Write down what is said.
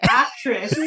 actress